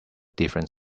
different